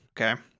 okay